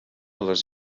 les